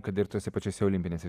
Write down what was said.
kad ir tose pačiose olimpinėse